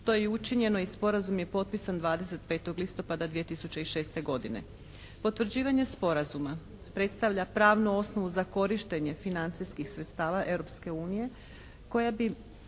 To je i učinjeno i Sporazum je potpisan 25. listopada 2006. godine. Potvrđivanje Sporazuma predstavlja pravnu osnovu za korištenje financijskih sredstava Europske unije koja bi,